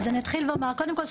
קודם כול,